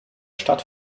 stadt